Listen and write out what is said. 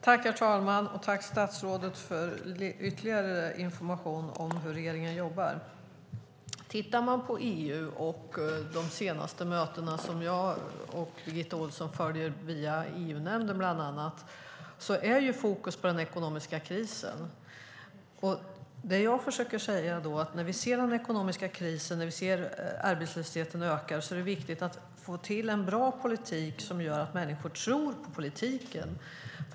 Herr talman! Tack, statsrådet, för ytterligare information om hur regeringen jobbar! Man kan titta på EU och på de senaste mötena, som jag och Birgitta Ohlsson följer via EU-nämnden, bland annat. Fokus är på den ekonomiska krisen. Det jag försöker säga är att när vi ser den ekonomiska krisen och när vi ser att arbetslösheten ökar är det viktigt att få till en bra politik som gör att människor tror på politiken.